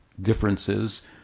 differences